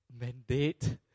Mandate